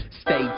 Stay